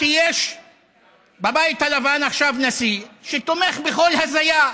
כי יש בבית הלבן עכשיו נשיא שתומך בכל הזיה,